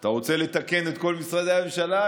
אתה רוצה לתקן את כל משרדי הממשלה?